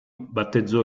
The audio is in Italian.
battezzò